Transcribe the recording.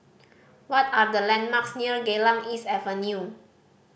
what are the landmarks near Geylang East Avenue